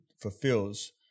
fulfills